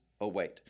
await